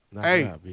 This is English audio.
Hey